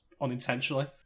unintentionally